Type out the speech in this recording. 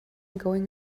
going